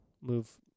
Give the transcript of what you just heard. move